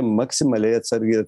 maksimaliai atsargiai